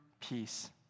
peace